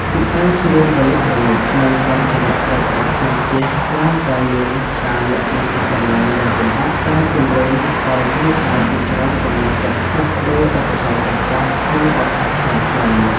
វិស័យគ្រឿងអេឡិចត្រូនិក និងសម្ភារៈប្រើប្រាស់ក្នុងផ្ទះច្រើនតែមានការលក់បញ្ចុះតម្លៃយ៉ាងគំហុក ដែលជំរុញឱ្យគ្រួសារជាច្រើនសម្រេចចិត្តផ្លាស់ប្តូរឧបករណ៍ចាស់ៗក្នុងឱកាសឆ្នាំថ្មី។